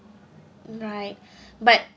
right but